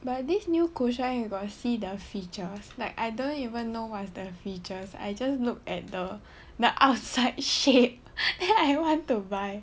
but this new cushion you got to see the features like I don't even know what is the features I just look at the outside shape then I want to buy